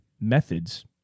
methods